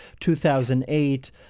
2008